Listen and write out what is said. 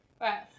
Right